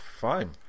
fine